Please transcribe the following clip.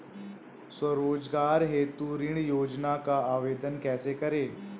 स्वरोजगार हेतु ऋण योजना का आवेदन कैसे करें?